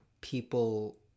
people